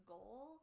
goal